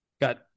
Got